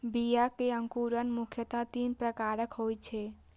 बीया मे अंकुरण मुख्यतः तीन प्रकारक होइ छै